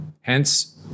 Hence